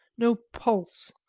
no pulse,